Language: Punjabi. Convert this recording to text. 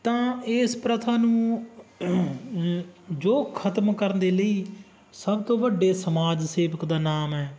ਤਾਂ ਇਸ ਪ੍ਰਥਾ ਨੂੰ ਜੋ ਖਤਮ ਕਰਨ ਦੇ ਲਈ ਸਭ ਤੋਂ ਵੱਡੇ ਸਮਾਜ ਸੇਵਕ ਦਾ ਨਾਮ ਹੈ